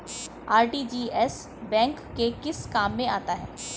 RTGS bank के किस काम में आता है?